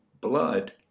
blood